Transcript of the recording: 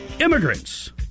immigrants